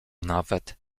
nawet